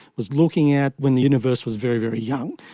was looking at when the universe was very, very young,